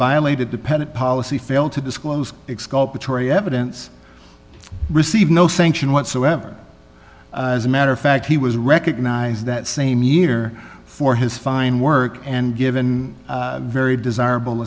violated dependent policy failed to disclose exculpatory evidence received no sanction whatsoever as a matter of fact he was recognized that same year for his fine work and given very desirable